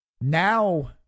Now